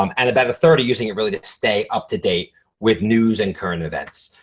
um and about a third are using it really to stay up to date with news and current events.